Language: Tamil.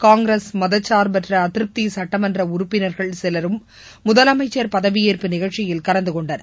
காங்கிரஸ் மதச்சார்பற்ற அதிருப்தி சுட்டமன்ற உறுப்பினா்கள் சிலரும் முதலமைச்சள் பதவியேற்பு நிகழ்ச்சியில் கலந்து கொண்டனர்